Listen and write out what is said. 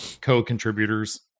co-contributors